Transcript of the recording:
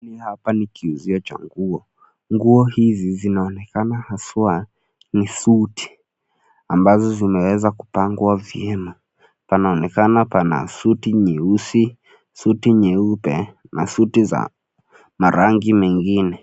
Hapa ni kiuzio cha nguo, nguo hizi zinaonekana haswa ni suti ambazo zimeweza kupangwa vyema panaonekana pana suti nyeusi, suti nyeupe na suti za marangi mengine.